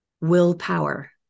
willpower